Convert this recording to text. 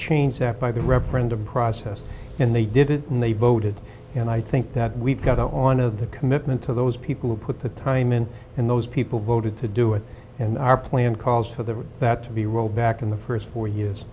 change that by that represent a process and they did it and they voted and i think that we've got on of the commitment to those people who put the time in and those people voted to do it and our plan calls for that that to be rolled back in the st four years